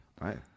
Right